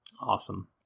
Awesome